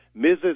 Mrs